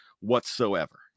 whatsoever